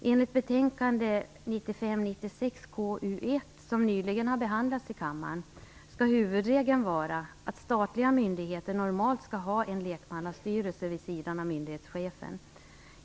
Enligt betänkande 1995/96KU1, som nyligen har behandlats i kammaren, skall huvudregeln vara att statliga myndigheter normalt skall ha en lekmannastyrelse vid sidan av myndighetschefen.